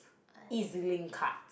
Ezlink card